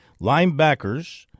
linebackers